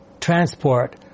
transport